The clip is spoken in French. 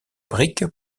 brique